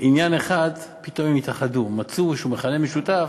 עניין אחד פתאום הן התאחדו, מצאו איזה מכנה משתף: